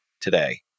today